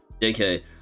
JK